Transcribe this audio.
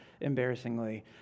embarrassingly